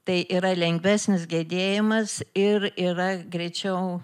tai yra lengvesnis gedėjimas ir yra greičiau